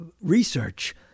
research